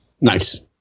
Nice